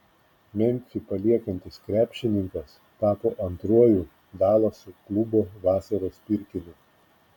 memfį paliekantis krepšininkas tapo antruoju dalaso klubo vasaros pirkiniu